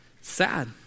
Sad